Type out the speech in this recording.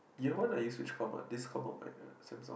year one I use which comp ah this comp or uh Samsung